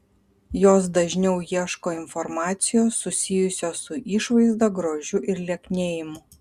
jos dažniau ieško informacijos susijusios su išvaizda grožiu ir lieknėjimu